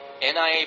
NIA